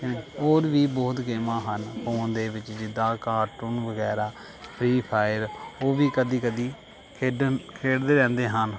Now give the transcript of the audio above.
ਹੋਰ ਵੀ ਬਹੁਤ ਗੇਮਾਂ ਹਨ ਫੋਨ ਦੇ ਵਿੱਚ ਜਿੱਦਾਂ ਕਾਰਟੂਨ ਵਗੈਰਾ ਫਰੀ ਫਾਇਰ ਉਹ ਵੀ ਕਦੀ ਕਦੀ ਖੇਡਣ ਖੇਡਦੇ ਰਹਿੰਦੇ ਹਨ